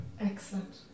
excellent